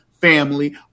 family